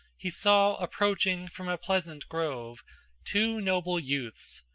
he saw approaching from a pleasant grove two noble youths,